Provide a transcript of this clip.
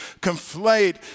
conflate